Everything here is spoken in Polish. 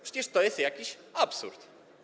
Przecież to jest jakiś absurd.